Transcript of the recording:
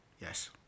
Yes